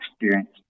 experience